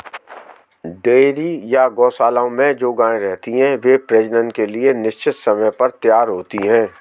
dairy या गोशालाओं में जो गायें रहती हैं, वे प्रजनन के लिए निश्चित समय पर तैयार होती हैं